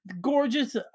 Gorgeous